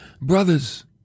brothers